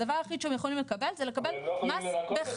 הדבר היחיד שהם יכולים לקבל זה לקבל מס בחזרה.